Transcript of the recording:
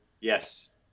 Yes